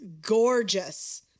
gorgeous